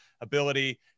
ability